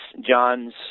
John's